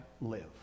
live